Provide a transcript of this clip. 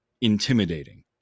intimidating